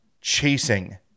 chasing